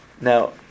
Now